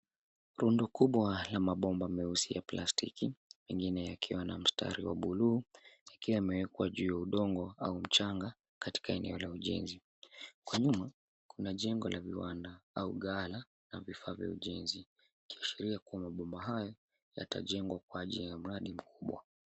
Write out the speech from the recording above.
Rundo kubwa la mabomba meusi ya plastiki, mengine yakiwa na mstari wa buluu yakiwa yamewekwa juu ya udongo au mchanga katika eneo la ujenzi. Kwa nyuma kuna jengo la viwanda au ghala la vifaa vya ujenzi ikiashiria kuwa mabomba hayo yatajengwa kwa ajili ya mradi mkubwa.